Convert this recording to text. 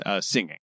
singing